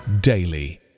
daily